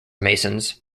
masons